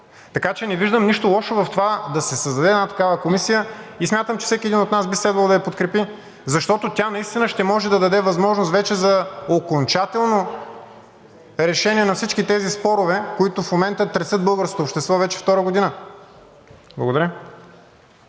Така че не виждам нищо лошо в това да се създаде такава комисия и смятам, че всеки от нас би следвало да я подкрепи, защото тя ще даде възможност вече за окончателно решение на всички тези спорове, които тресат българското общество вече втора година. Благодаря.